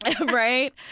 Right